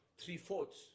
three-fourths